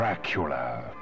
Dracula